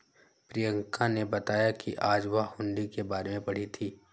प्रियंका ने बताया कि आज वह हुंडी के बारे में पढ़ी थी